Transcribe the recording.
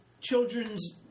children's